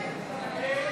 ב לא